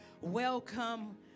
welcome